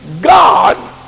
God